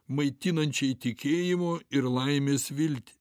maitinančiai tikėjimo ir laimės viltį